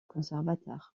conservateur